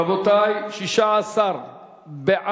רבותי, 16 נגד